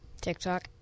TikTok